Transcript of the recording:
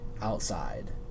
outside